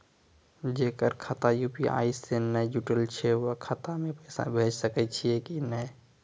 जेकर खाता यु.पी.आई से नैय जुटल छै उ खाता मे पैसा भेज सकै छियै कि नै?